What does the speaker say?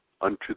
unto